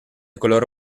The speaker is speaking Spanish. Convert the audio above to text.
color